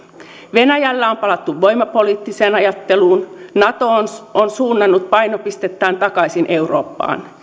venäjällä on palattu voimapoliittiseen ajatteluun nato on suunnannut painopistettään takaisin eurooppaan